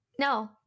No